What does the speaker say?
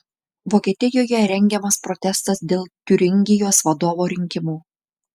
vokietijoje rengiamas protestas dėl tiuringijos vadovo rinkimų